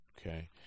okay